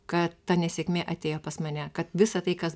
kad ta nesėkmė atėjo pas mane kad visa tai kas